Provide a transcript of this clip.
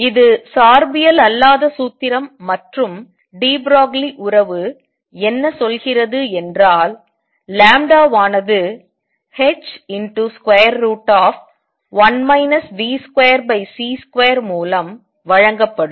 இது சார்பியல் அல்லாத சூத்திரம் மற்றும் டி ப்ரோக்லி உறவு என்ன சொல்கிறது என்றால் லாம்டா ஆனது h1 v2c2 மூலம் வழங்கப்படும்